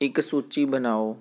ਇੱਕ ਸੂਚੀ ਬਣਾਓ